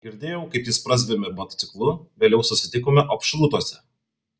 girdėjau kaip jis prazvimbė motociklu vėliau susitikome opšrūtuose